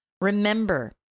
Remember